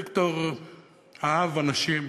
ויקטור אהב אנשים,